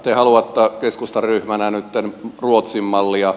te haluatte keskustan ryhmänä nytten ruotsin mallia